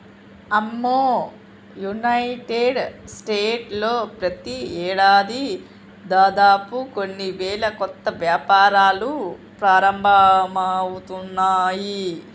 అమ్మో United States లో ప్రతి ఏడాది దాదాపు కొన్ని వేల కొత్త వ్యాపారాలు ప్రారంభమవుతున్నాయి